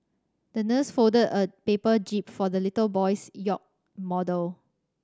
the nurse folded a paper jib for the little boy's yacht model